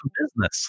business